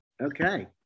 Okay